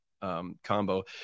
combo